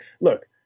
look